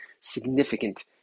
significant